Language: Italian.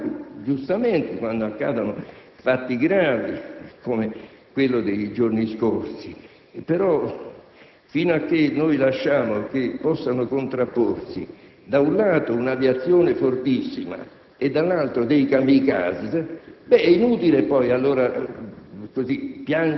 Ci commuoviamo giustamente quando accadono fatti gravi, come quello dei giorni scorsi, però, fino a che lasceremo che possano contrapporsi, da un lato, una aviazione fortissima, dall'altro dei *kamikaze*, è inutile poi piangere